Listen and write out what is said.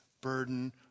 burden